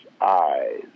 eyes